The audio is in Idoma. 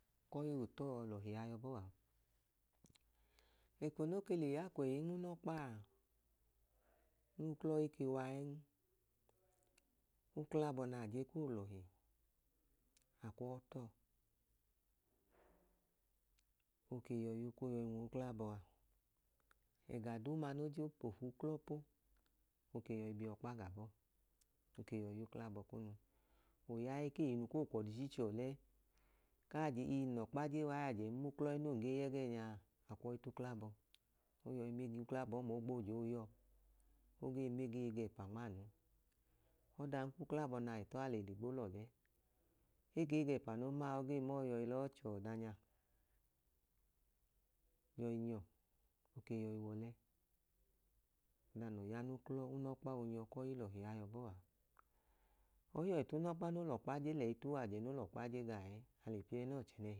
Kọi no tọọ lọhia yọbọọa, eko no ke le ya kwei nm'unọkpaa n'uklọ ike waẹn uklabọ naa je koo lọhi akwọọ tọọ oke yọi yuk oke yọi nwuuklabọa ẹga duu ma no jen lof'uklọ po oke yọi biọkpa ga bọọoke yọi y'uklabọ kunu oyaẹ keyi nu koo kwọdichi ọ lẹ kaa di ii nlọkpa je waa yajẹ n'muklọ ẹnoo nge yẹgẹnya, akwọyi t'uklabọ oyọi miil'uklabọ ọma ogboo joo yọọ. Ogee me geyi egẹpa nmaanu ọdan k'uklabọ nai tọọa le ligbo lọlẹ egeyi egẹpa no maa ogee mọọ yọi lọ chọọ ọdanya yọi nyọ oke yọi w'ọlẹ. 1da noo ya n'uklọ unọkpa onyọ kọi lọhia yọbọa. 1iyọ itunọkpa no lọkpa je lẹyi t'uwajẹ no lọkpa je gaa enọchẹ